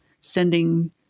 sending